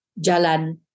Jalan